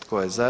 Tko je za?